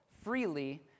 freely